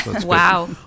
Wow